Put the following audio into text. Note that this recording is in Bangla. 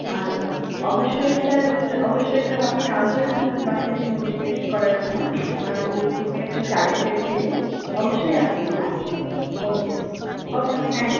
আর অবশ্যই স্যার অবশ্যই স্যার আপনি আসবেন আপনার বাচ্চাকে মোটিভেটেড করার জন্য কারণ ও খুবই একটা ট্যালেন্টেড ছেলে অবশ্যই আসবেন হ্যাঁ ওকে ওকে থ্যাংক